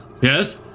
yes